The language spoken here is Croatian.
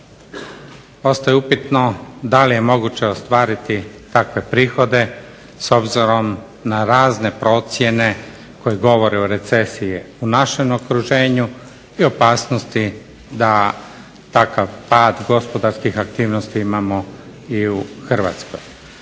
Ostaje upitno da li je moguće ostvariti takve prihode s obzirom na razne procjene koji govore o recesiji u našem okruženju i opasnosti da takav pad gospodarskih aktivnosti imamo i u Hrvatskoj.